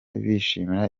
bishimira